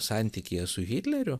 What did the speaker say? santykyje su hitleriu